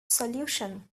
solution